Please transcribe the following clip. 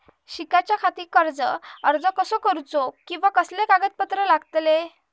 शिकाच्याखाती कर्ज अर्ज कसो करुचो कीवा कसले कागद लागतले?